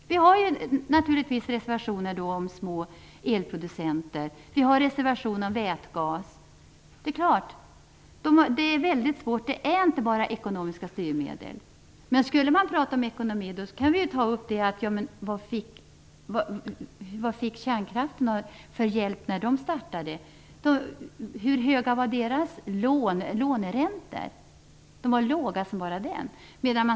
Vi har ju naturligtvis reservationer om små elproducenter och om vätgas. Det handlar inte bara om ekonomiska styrmedel. För att tala om ekonomi kan man ställa sig frågan vilken hjälp man fick när kärnkraftverken startade och hur höga deras låneräntor var. De var ju låga som bara den.